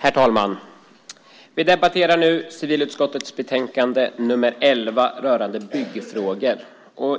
Herr talman! Vi debatterar nu civilutskottets betänkande 18 om byggfrågor.